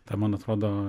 tą man atrodo